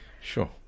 Sure